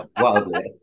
wildly